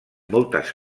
moltes